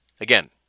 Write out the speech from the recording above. Again